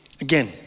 Again